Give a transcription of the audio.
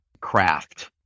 craft